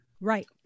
Right